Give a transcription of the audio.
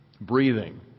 breathing